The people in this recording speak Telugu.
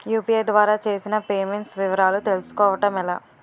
యు.పి.ఐ ద్వారా చేసిన పే మెంట్స్ వివరాలు తెలుసుకోవటం ఎలా?